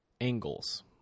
angles